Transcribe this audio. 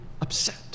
upset